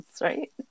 right